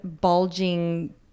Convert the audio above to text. bulging